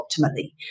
optimally